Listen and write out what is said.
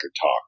talk